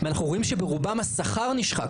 ואנחנו רואים שברובם, השכר נשחק.